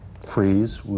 freeze